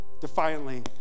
defiantly